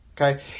Okay